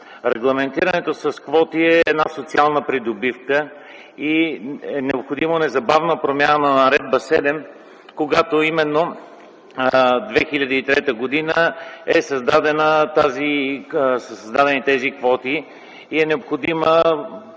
Регламентирането с квоти е една социална придобивка и е необходима незабавна промяна на Наредба № 7. През 2003 г. са създадени тези квоти. Необходимо